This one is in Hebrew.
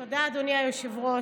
תודה, אדוני היושב-ראש.